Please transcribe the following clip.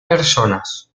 personas